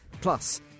Plus